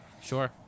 Sure